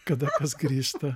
kada kas grįžta